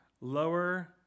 lower